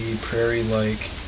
prairie-like